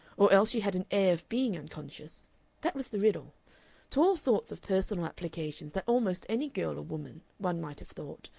or else she had an air of being unconscious that was the riddle to all sorts of personal applications that almost any girl or woman, one might have thought,